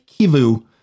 Kivu